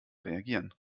reagieren